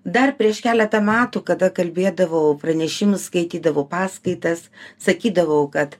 dar prieš keletą metų kada kalbėdavau pranešimus skaitydavau paskaitas sakydavau kad